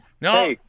No